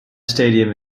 stadium